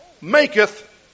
maketh